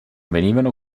venivano